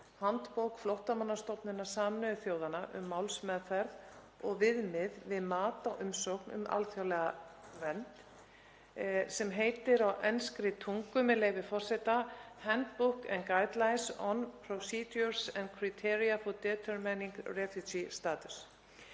handbók Flóttamannastofnunar Sameinuðu þjóðanna um málsmeðferð og viðmið við mat á umsókn um alþjóðlega vernd, sem heitir á enskri tungu, með leyfi forseta, Handbook and guidelines on procedures and criteria for determining refugee status.